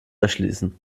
erschließen